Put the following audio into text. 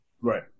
Right